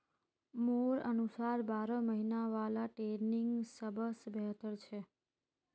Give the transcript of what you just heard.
मोर अनुसार बारह महिना वाला ट्रेनिंग सबस बेहतर छ